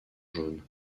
jaune